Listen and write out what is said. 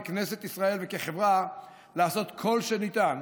ככנסת ישראל וכחברה לעשות כל שניתן,